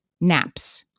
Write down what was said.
naps